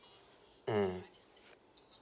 mm